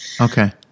okay